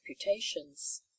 reputations